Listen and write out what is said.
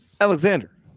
Alexander